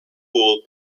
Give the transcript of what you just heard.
cool